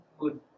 Good